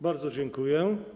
Bardzo dziękuję.